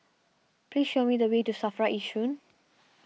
please show me the way to Safra Yishun